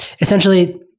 essentially